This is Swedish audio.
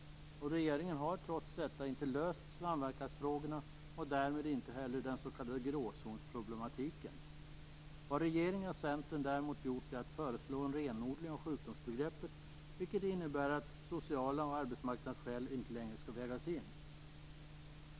Regeringen har trots detta inte klarat ut samverkansfrågorna och därmed inte heller löst den s.k. gråzonsproblematiken. Vad regeringen och Centern däremot har gjort är att föreslå en renodling av sjukdomsbegreppet, vilket innebär att sociala skäl och arbetsmarknadsskäl inte längre skall vägas in.